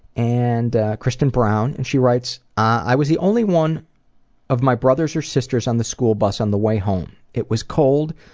and kristen brown. and she writes, i was the only one of my brothers or sisters on the school bus on the way home. it was cold.